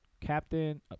Captain